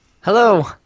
Hello